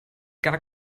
gar